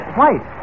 White